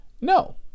No